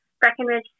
Breckenridge